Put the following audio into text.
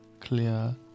clear